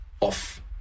off